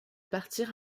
partir